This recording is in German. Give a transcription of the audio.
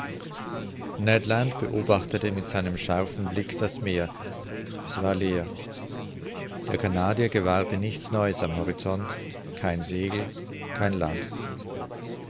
beobachtete mit seinem scharfen blick das meer es war leer der canadier gewahrte nichts neues am horizont kein segel kein land